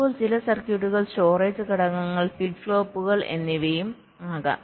ഇപ്പോൾ ചില സർക്യൂട്ടുകൾ സ്റ്റോറേജ് ഘടകങ്ങൾ ഫ്ലിപ്പ് ഫ്ലോപ്പുകൾ എന്നിവയും ആകാം